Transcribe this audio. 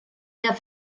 der